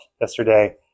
yesterday